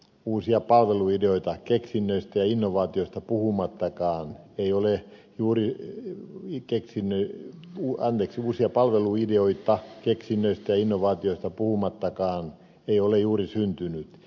uusia palveluideoita keksinnöistäinnovaatioista puhumattakaan ei ole juuri ohi keksiny mua uusiopalveluihin joita keksinnöistä ja innovaatioista puhumattakaan ei ole juuri syntynyt